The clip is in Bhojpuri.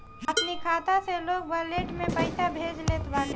अपनी खाता से लोग वालेट में पईसा भेज लेत बाटे